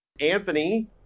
Anthony